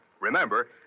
Remember